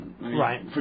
Right